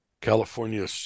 California